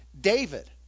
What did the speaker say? david